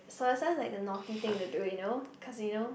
soya sauce like the naughty thing they do you know cause you know